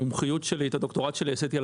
המומחיות שלי - את הדוקטורט שלי עשיתי על